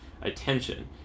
attention